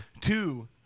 two